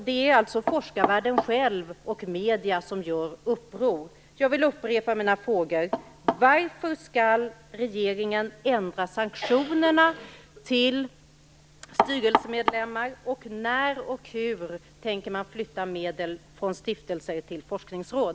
Det är alltså forskarvärlden och medierna som gör uppror. Jag vill upprepa mina frågor: Varför skall regeringen ändra sanktionerna för styrelsemedlemmar? När och hur tänker man flytta medel från stiftelser till forskningsråd?